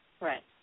Right